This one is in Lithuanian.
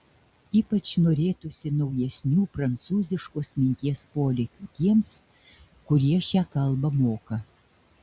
ypač norėtųsi naujesnių prancūziškos minties polėkių tiems kurie šią kalbą moka